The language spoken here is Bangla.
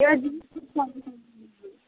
এবার